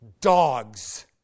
dogs